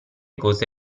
cose